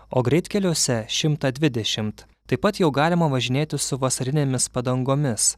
o greitkeliuose šimtą dvidešimt taip pat jau galima važinėti su vasarinėmis padangomis